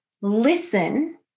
listen